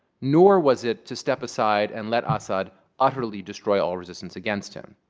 nor was it to step aside and let assad utterly destroy all resistance against him.